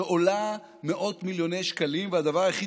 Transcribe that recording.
שעולה מאות מיליוני שקלים והדבר היחיד